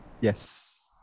Yes